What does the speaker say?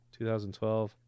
2012